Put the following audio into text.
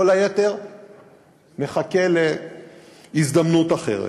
כל היתר מחכה להזדמנות אחרת.